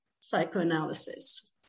psychoanalysis